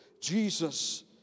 Jesus